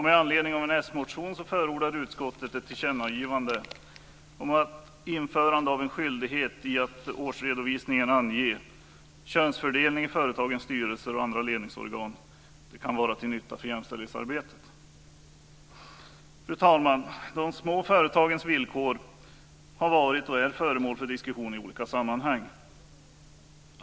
Med anledning av en s-motion förordar utskottet ett tillkännagivande om att införande av en skyldighet att i årsredovisningen ange könsfördelningen i företagens styrelser och andra ledningsorgan kan vara till nytta för jämställdhetsarbetet. Fru talman! De små företagens villkor har varit och är föremål för diskussion i olika sammanhang.